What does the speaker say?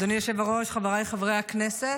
אדוני היושב-ראש, חבריי חברי הכנסת,